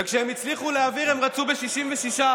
וכשהם הצליחו להעביר, הם רצו ב-66%.